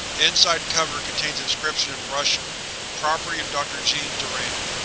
inside cover contains inscription in russian property of dr. jean durand.